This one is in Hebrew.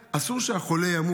אסור שהחולה ימות.